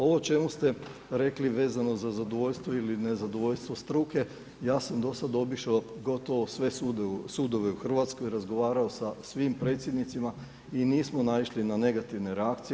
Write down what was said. Ovo o čemu ste rekli vezano za zadovoljstvo ili nezadovoljstvo struke, ja sam do sad obišao gotovo sve sudove u Hrvatskoj, razgovarao sa svim predsjednicima i nismo naišli na negativne reakcije.